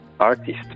artist